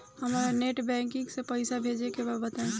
हमरा net banking से पईसा भेजे के बा बताई?